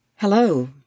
Hello